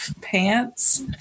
pants